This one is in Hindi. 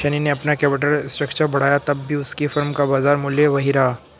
शनी ने अपना कैपिटल स्ट्रक्चर बढ़ाया तब भी उसकी फर्म का बाजार मूल्य वही रहा